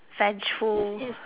vengeful